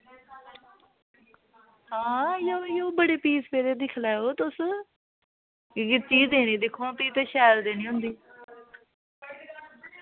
हां इ'यै इ'यै बड़े पीस पेदे दिक्खी लैएओ तुस की कि चीज देनी दिक्खुआं फ्ही ते शैल देनी होंदी